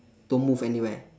don't move anywhere